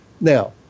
Now